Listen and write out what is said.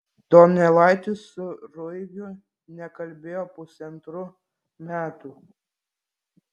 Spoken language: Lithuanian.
donelaitis su ruigiu nekalbėjo pusantrų metų